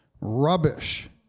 rubbish